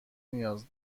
نیاز